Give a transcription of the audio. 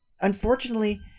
Unfortunately